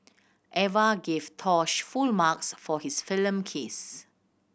Eva gave Tosh full marks for his film kiss